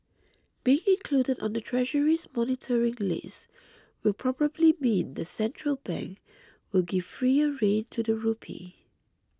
being included on the treasury's monitoring list will probably mean the central bank will give freer rein to the rupee